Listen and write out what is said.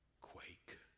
quake